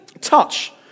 Touch